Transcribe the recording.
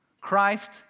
Christ